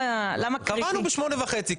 קבענו בשמונה וחצי,